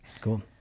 Cool